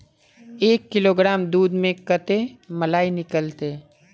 एक किलोग्राम दूध में कते मलाई निकलते?